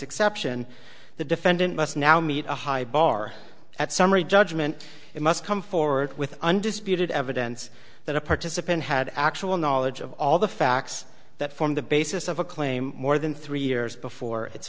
exception the defendant must now meet a high bar at summary judgment it must come forward with undisputed evidence that a participant had actual knowledge of all the facts that form the basis of a claim more than three years before it